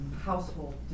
household